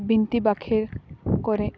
ᱵᱤᱱᱛᱤ ᱵᱟᱸᱠᱷᱮᱬ ᱠᱚᱨᱮ